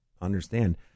understand